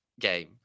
game